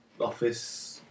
office